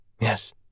Yes